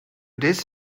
this